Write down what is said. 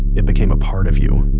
it became apart of you.